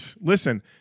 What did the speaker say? Listen